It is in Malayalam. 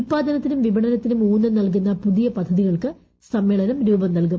ഉൽപ്പാദനത്തിനും വിപണനത്തിനും ഊന്നൽ നിൽകുന്ന പുതിയ പദ്ധതികൾക്ക് സമ്മേളനം രൂപം നൽകും